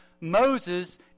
Moses